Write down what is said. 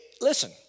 Listen